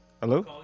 Hello